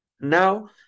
Now